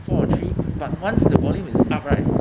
four or three but once the volume is up right